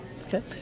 Okay